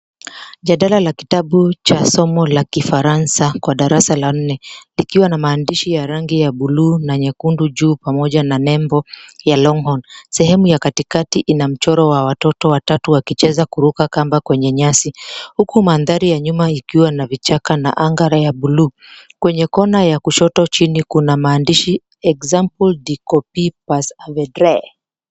Jadala la kitabu cha somo la kifaransa kwa darasa la nne likiwa na maandishi ya rangi ya buluu na nyekundu juu pamoja na nembo ya Longhorn. Sehemu ya katikakati ina mchoro wa watoto watatu wakicheza kuruka kamba kwenye nyasi, huku mandhari ya nyuma ikiwa na vichaka na anga ya buluu, kwenye kona ya kushoto chini kuna maandishi, Exemple de Copie, Pas à Vedre.